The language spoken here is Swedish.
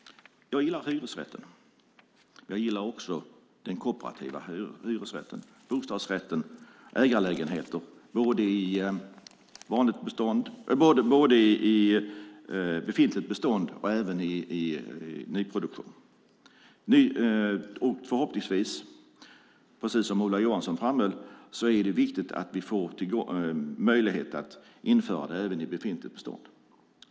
Jag gillar hyresrätten. Jag gillar också den kooperativa hyresrätten, bostadsrätten och ägarlägenheter både i befintligt bestånd och i nyproduktion. Som Ola Johansson framhöll är det viktigt att vi får möjlighet att införa det även i befintligt bestånd.